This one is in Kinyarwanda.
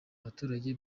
abaturage